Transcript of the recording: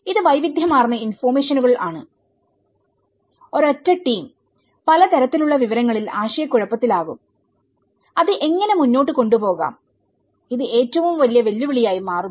ഇത് വൈവിധ്യമാർന്ന ഇൻഫർമേഷനുകൾആണ് ഒരൊറ്റ ടീം പലതരത്തിലുള്ള വിവരങ്ങളിൽ ആശയക്കുഴപ്പത്തിലാകും അത് എങ്ങനെ മുന്നോട്ട് കൊണ്ടുപോകാം ഇത് ഏറ്റവും വലിയ വെല്ലുവിളിയായി മാറുന്നു